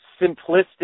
simplistic